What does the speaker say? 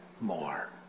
more